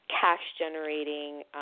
cash-generating